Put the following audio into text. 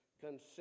consent